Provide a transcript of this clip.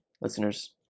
listeners